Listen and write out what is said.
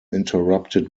interrupted